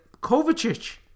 Kovacic